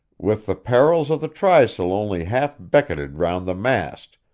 with the parrels of the trysail only half becketed round the mast,